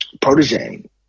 protege